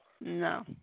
No